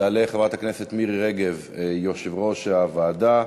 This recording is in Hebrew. תעלה חברת הכנסת מירי רגב, יושבת-ראש הוועדה,